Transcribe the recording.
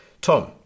Tom